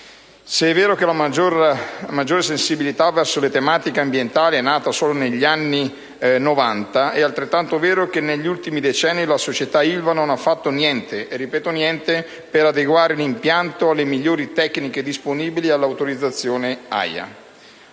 Se è vero che una maggiore sensibilità verso le tematiche ambientali è nata solo negli anni Novanta, è altrettanto vero che negli ultimi decenni la società Ilva non ha fatto niente - e ripeto: niente - per adeguare l'impianto alle migliori tecniche disponibili e all'autorizzazione AIA.